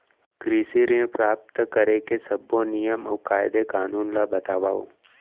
कृषि ऋण प्राप्त करेके सब्बो नियम अऊ कायदे कानून ला बतावव?